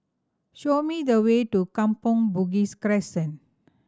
show me the way to Kampong Bugis Crescent